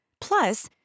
Plus